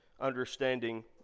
understanding